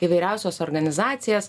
įvairiausias organizacijas